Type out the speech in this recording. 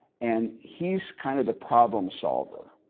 and he's kind of the problem solver.